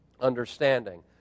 understanding